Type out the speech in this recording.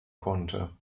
konnte